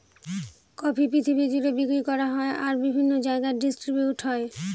coffee পৃথিবী জুড়ে বিক্রি করা হয় আর বিভিন্ন জায়গায় ডিস্ট্রিবিউট হয়